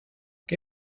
qué